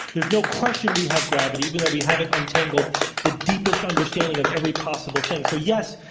there's no question we have gravity even though we haven't untangled the deepest understanding of every possible thing. so yes,